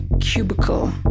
cubicle